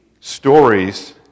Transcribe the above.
stories